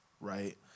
right